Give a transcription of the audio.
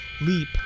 leap